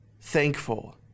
thankful